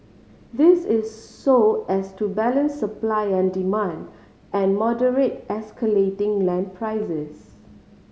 this is so as to balance supply and demand and moderate escalating land prices